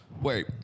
Wait